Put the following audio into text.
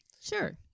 sure